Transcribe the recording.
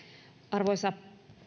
arvoisa